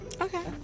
Okay